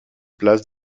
place